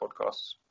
podcasts